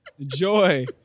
Joy